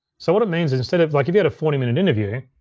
so what it means is instead of like if you had a forty minute interview,